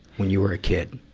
when you were a kid?